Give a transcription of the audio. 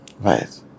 Right